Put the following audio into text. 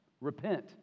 Repent